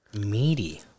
Meaty